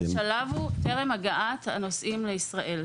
טרם הגעת הנוסעים לישראל.